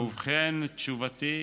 ובכן, תשובתי: